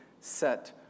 set